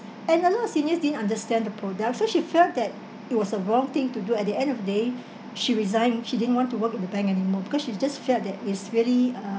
and a lot of seniors didn't understand the product so she felt that it was a wrong thing to do at the end of the day she resigned she didn't want to work in the bank anymore because she's just felt that is really uh